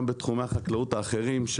גם בתחומי החקלאות האחרים,